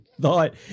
thought